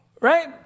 right